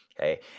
okay